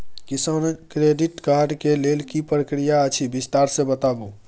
किसान credit card के लेल की प्रक्रिया अछि विस्तार से बताबू?